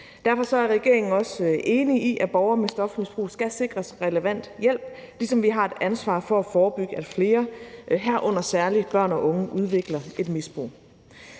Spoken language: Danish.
Derfor er regeringen også enig i, at borgere med stofmisbrug skal sikres relevant hjælp, ligesom vi har et ansvar for at forebygge, at flere, herunder særlig børn og unge, udvikler et misbrug.